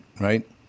right